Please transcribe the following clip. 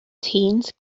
teens